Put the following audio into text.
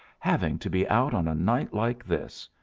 having to be out on a night like this!